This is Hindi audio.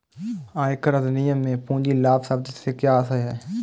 आयकर अधिनियम में पूंजी लाभ शब्द से क्या आशय है?